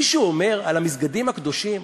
מישהו אומר על המסגדים הקדושים?